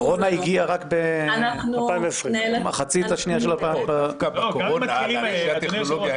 הקורונה הגיעה רק במחצית השנייה של 2020. אדוני היושב-ראש,